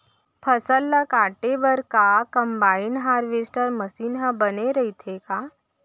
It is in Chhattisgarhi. फसल ल काटे बर का कंबाइन हारवेस्टर मशीन ह बने रइथे का?